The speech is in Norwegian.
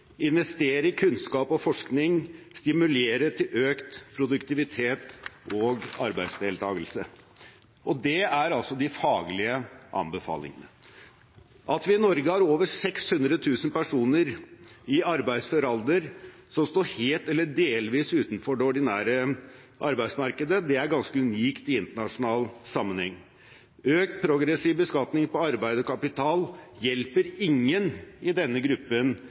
investere i kunnskap og forskning og stimulere til økt produktivitet og arbeidsdeltakelse. Det er altså de faglige anbefalingene. At vi i Norge har over 600 000 personer i arbeidsfør alder som står helt eller delvis utenfor det ordinære arbeidsmarkedet, er ganske unikt i internasjonal sammenheng. Økt progressiv beskatning på arbeid og kapital hjelper ingen i denne gruppen